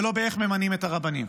ולא באיך מממנים את הרבנים.